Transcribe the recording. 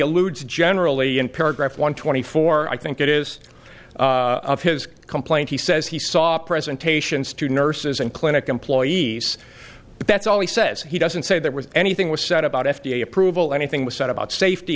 alludes generally in paragraph one twenty four i think it is his complaint he says he saw presentations to nurses and clinic employees but that's all he says he doesn't say there was anything was said about f d a approval anything was said about safety